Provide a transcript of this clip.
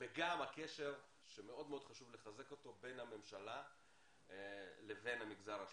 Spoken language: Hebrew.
וגם הקשר שמאוד מאוד חשוב לחזק אותו בין הממשלה לבין המגזר השלישי.